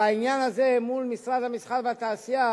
בעניין הזה מול משרד המסחר והתעשייה